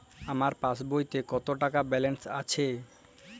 আমার পাসবইতে কত টাকা ব্যালান্স আছে?